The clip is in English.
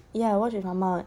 ya what if I'm out